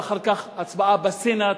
ואחר כך הצבעה בסנאט,